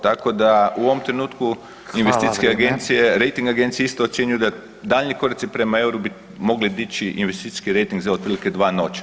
Tako da u ovom trenutku investicijske agencije, [[Upadica Radin: Hvala, vrijeme.]] rejting agencije isto ocjenjuju da daljnji koraci prema euru bi mogli dići investicijski rejting za otprilike za 2 ... 2 stupnja.